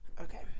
Okay